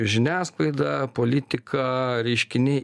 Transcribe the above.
žiniasklaida politika reiškiniai